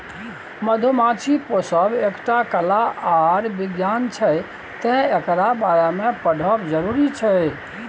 मधुमाछी पोसब एकटा कला आर बिज्ञान छै तैं एकरा बारे मे पढ़ब जरुरी छै